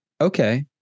Okay